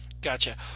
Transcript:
Gotcha